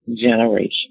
generation